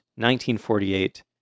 1948